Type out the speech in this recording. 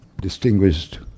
Distinguished